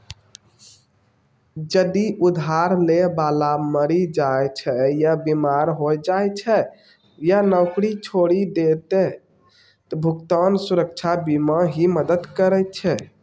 जदि उधार लै बाला मरि जाय छै या बीमार होय जाय छै या नौकरी छोड़ि दै छै त भुगतान सुरक्षा बीमा ही मदद करै छै